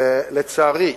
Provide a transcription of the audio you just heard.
ולצערי,